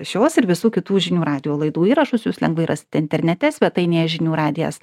šios ir visų kitų žinių radijo laidų įrašus jūs lengvai rasite internete svetainėje žinių radijas